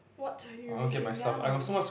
what are you reading now